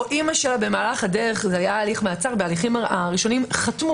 אמה במהלך הדרך זה היה הליך מעצר - בהליכים הראשונים חתמו